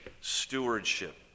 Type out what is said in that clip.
stewardship